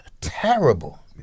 terrible